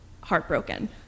heartbroken